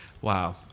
Wow